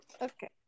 Okay